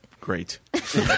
great